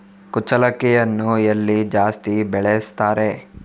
ಕುಚ್ಚಲಕ್ಕಿಯನ್ನು ಎಲ್ಲಿ ಜಾಸ್ತಿ ಬೆಳೆಸ್ತಾರೆ?